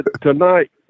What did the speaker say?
tonight